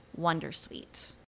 wondersuite